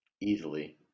easily